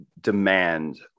demand